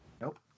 Nope